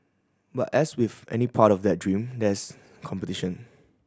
but as with any part of that dream there is competition